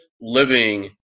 living